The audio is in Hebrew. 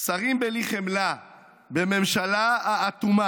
// שרים בלי חמלה / בממשלה האטומה.